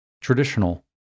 traditional